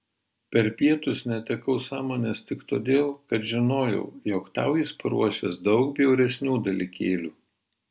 per pietus netekau sąmonės tik todėl kad žinojau jog tau jis paruošęs daug bjauresnių dalykėlių